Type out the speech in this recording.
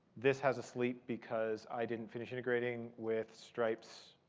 this has a sleep because i didn't finish integrating with stripes